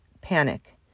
panic